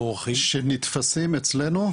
שנתפסים אצלנו?